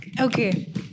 Okay